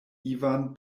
ivan